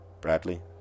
Bradley